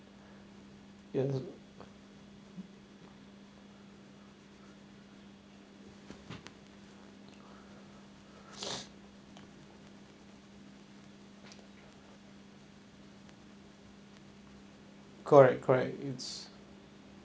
ya correct correct it's